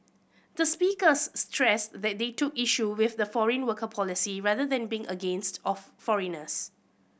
the speakers stressed that they took issue with the foreign worker policy rather than being against of foreigners